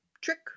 trick